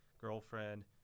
girlfriend